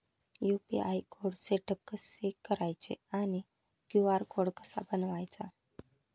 UPI setup कसे करायचे आणि क्यू.आर कोड कसा बनवायचा?